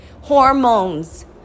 hormones